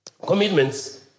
commitments